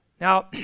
Now